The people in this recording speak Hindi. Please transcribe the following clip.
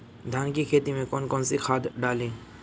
धान की खेती में कौन कौन सी खाद डालें?